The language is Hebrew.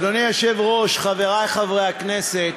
אדוני היושב-ראש, חברי חברי הכנסת,